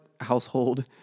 household-